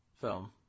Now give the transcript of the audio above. film